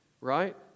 right